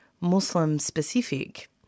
Muslim-specific